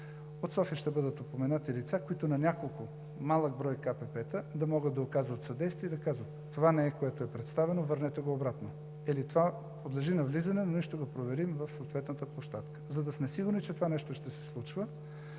от София ще бъдат упоменати лица, които на няколко – малък брой КПП-та, да могат да оказват съдействие и да казват: „Това не е, което е представено. Върнете го обратно.“, или „Това подлежи на влизане, но ще го проверим и на съответната площадка.“ За да сме сигурни, че това нещо ще се случва,